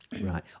Right